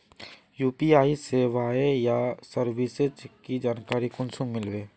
UPI सेवाएँ या services की जानकारी कुंसम मिलबे?